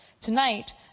Tonight